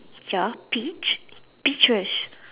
ya peach peaches